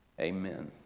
Amen